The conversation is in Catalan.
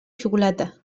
xocolata